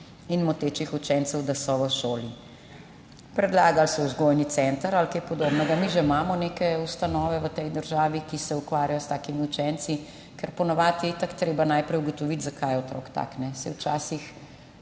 in motečih učencev, da so v šoli.« Predlagali so vzgojni center ali kaj podobnega. Mi že imamo neke ustanove v tej državi, ki se ukvarjajo s takimi učenci, ker po navadi je itak treba najprej ugotoviti, zakaj je otrok tak. Saj včasih